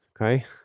Okay